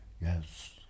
yes